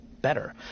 better